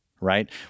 right